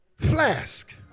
flask